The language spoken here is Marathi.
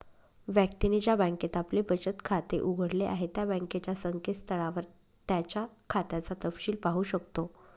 व्यक्तीने ज्या बँकेत आपले बचत खाते उघडले आहे त्या बँकेच्या संकेतस्थळावर त्याच्या खात्याचा तपशिल पाहू शकतो